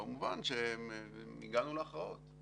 במובן שהגענו להכרעות.